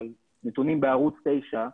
אבל הנתונים בערוץ 9,